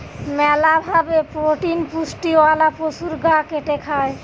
মেলা ভাবে প্রোটিন পুষ্টিওয়ালা পশুর গা কেটে খায়